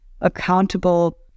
accountable